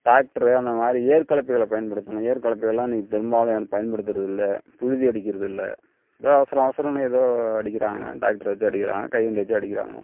tractor அந்த மாதிரி ஏர் கலப்பைகளை பயன்படுத்தணும் ஏர் கலப்பைகளையெல்லாம் இன்னைக்கி பெரும்பாலும் யாரும் பயன்படுத்துறது இல்லை புழுதி அடிக்கிறது இல்லை ஏதோ அவசரம் அவசரன்னு ஏதோ அடிக்கிறாங்க டிராக்ட்ரு வச்சு அடிக்கிறாங்க கை வண்டி வச்சு அடிக்கிறாங்க